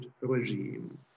regime